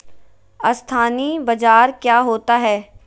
अस्थानी बाजार क्या होता है?